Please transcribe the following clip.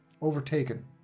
overtaken